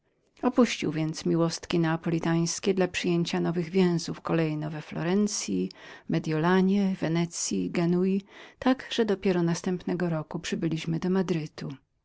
opuścił więc miłostki neapolitańskie dla przyjęcia nowych więzów kolejno w florencyi medyolanie wenecyi genui tak że dopiero następnego roku przybyliśmy do madrytu